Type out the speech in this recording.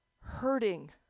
hurting